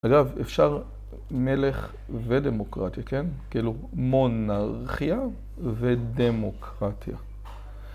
אגב, אפשר מלך ודמוקרטיה, כן? כאילו, מונרכיה ודמוקרטיה.